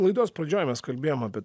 laidos pradžioj mes kalbėjom apie